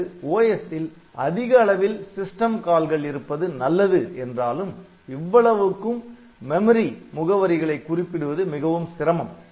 நமது OS ல் அதிக அளவில் சிஸ்டம் கால்கள் இருப்பது நல்லது என்றாலும் இவ்வளவுக்கும் மெமரி நினைவக முகவரிகளை குறிப்பிடுவது மிகவும் சிரமம்